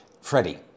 Freddie